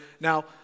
Now